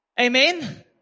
Amen